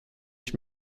ich